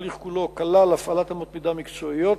התהליך כולו כלל הפעלת אמות מידה מקצועיות,